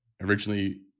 originally